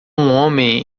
homem